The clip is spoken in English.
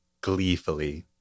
gleefully